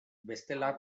bestela